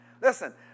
Listen